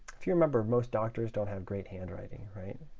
if you remember, most doctors don't have great handwriting, right?